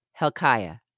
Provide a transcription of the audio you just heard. Helkiah